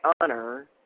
honor